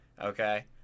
Okay